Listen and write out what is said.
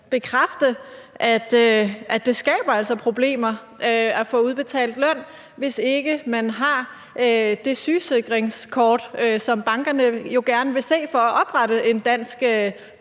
altså skaber problemer i forhold til at få udbetalt løn, hvis ikke man har det sundhedskort, som bankerne jo gerne vil se for at oprette en dansk